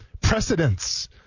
precedence